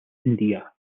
india